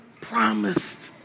promised